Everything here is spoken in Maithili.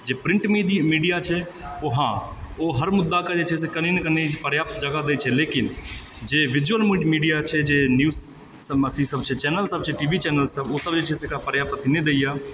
जे प्रिंट मीडिया छै ओहाँ ओ हर मुद्दा के जे छै से कनि कनि पर्याप्त जगह दै छै लेकिन जे विज़ूअल मीडिया छै जे न्यूज़ सबमे अथी सब छै चैनल सब छै टी वी चैनल ओसब जे छै एक़रा पर्याप्त अथी नहि दै यऽ